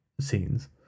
scenes